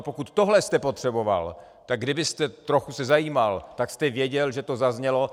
Pokud tohle jste potřeboval, tak kdybyste se trochu zajímal, tak jste věděl, že to zaznělo.